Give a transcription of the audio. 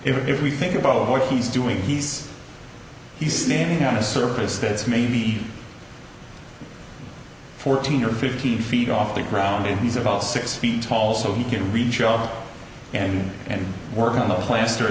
if we think about what he's doing he's he's standing on a surface that's maybe fourteen or fifteen feet off the ground and he's about six feet tall so he can reach out and and work on the plaster